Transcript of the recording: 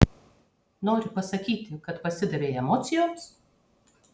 nori pasakyti kad pasidavei emocijoms